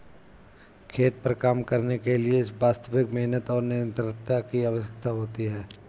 खेत पर काम करने के लिए वास्तविक मेहनत और निरंतरता की आवश्यकता होती है